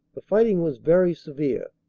the fighting was very severe,